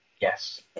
Yes